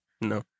No